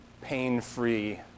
pain-free